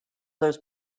those